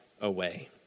away